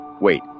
Wait